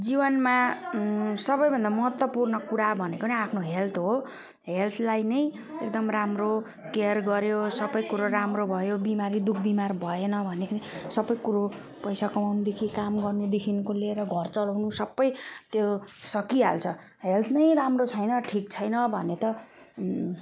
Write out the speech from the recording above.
जीवनमा सबैभन्दा महत्त्वपूर्ण कुरा भनेको नै आफ्नो हेल्थ हो हेल्थलाई नै एकदम राम्रो केयर गर्यो सबै कुरो राम्रो भयो बिमारी दुःखबिमार भएन भनेदेखि सबै कुरो पैसा कमाउनुदेखि काम गर्नेदेखिको लिएर घर चलाउनु सबै त्यो सकिहाल्छ हेल्थ नै राम्रो छैन ठिक छैन भने त